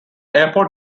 airport